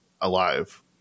alive